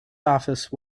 office